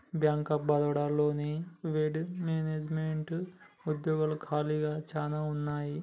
bank of Baroda లోని వెడ్ మేనేజ్మెంట్లో ఉద్యోగాల ఖాళీలు చానా ఉన్నయి